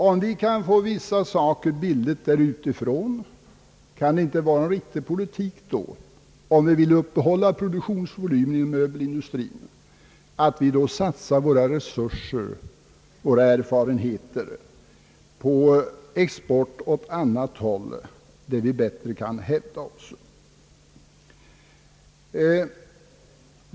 Kan vi köpa vissa saker billigt utifrån borde det väl vara en riktig politik, om vi vill uppehålla produktionsvolymen inom möbelindustrin, att vi satsar våra resurser och våra erfarenheter på export åt annat håll där vi bättre kan hävda oss.